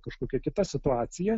kažkokia kita situacija